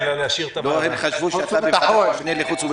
אני מניח שגם אליכם, כמו